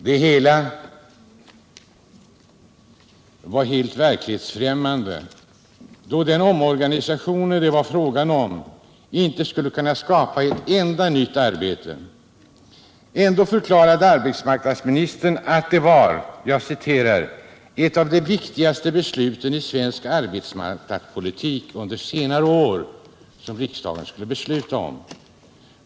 Det hela var verklighetsfrämmande, eftersom den omorganisation det var fråga om inte skulle kunna skapa ett enda nytt arbete. Ändå förklarade arbetsmarknadsministern att det var ”ett av de viktigaste besluten i svensk arbetsmarknadspolitik på senare år” som riksdagen skulle besluta om.